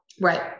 Right